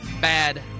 bad